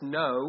no